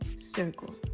circle